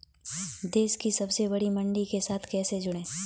देश की सबसे बड़ी मंडी के साथ कैसे जुड़ें?